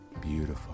beautiful